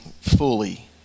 fully